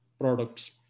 Products